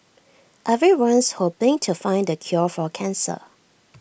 everyone's hoping to find the cure for cancer